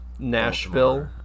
Nashville